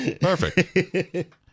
Perfect